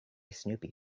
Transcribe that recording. snoopy